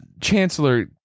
Chancellor